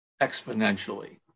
exponentially